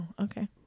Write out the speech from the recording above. Okay